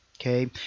okay